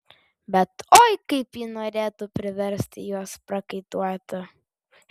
bet oi kaip ji norėtų priversti juos prakaituoti